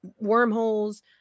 Wormholes